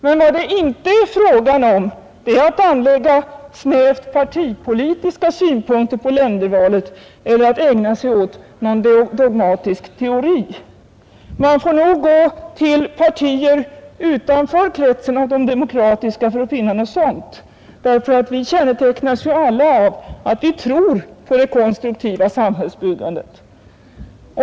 Men vad det inte är fråga om är att anlägga snävt partipolitiska synpunkter på ländervalet eller ägna sig åt någon dogmatisk teori. Man får nog gå till partier utanför kretsen av de demokratiska för att finna något sådant. Ty vi kännetecknas ju alla av att vi tror på det konstruktiva samhällsbyggandet.